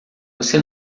você